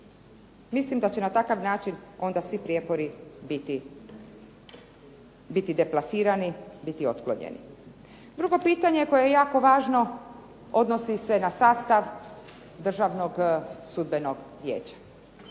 mislim da će na takav način svi prijepori biti deklasirani biti otklonjeni. Drugo pitanje koje je jako važno odnosi se na sastav Državnog sudbenog vijeća.